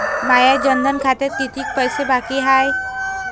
माया जनधन खात्यात कितीक पैसे बाकी हाय?